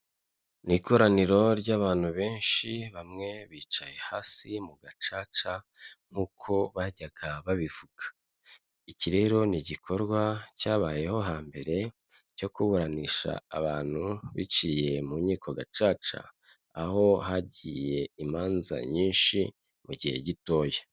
Ni ikoraniro ry'abantu benshi, bamwe bicaye hasi mu gacaca nk'uko bajyaga babivuga, iki rero ni igikorwa cyabayeho hambere cyo kuburanisha abantu biciye mu nkiko gacaca, aho hagiye imanza nyinshi mu gihe gitoya.